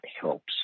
helps